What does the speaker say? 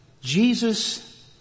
Jesus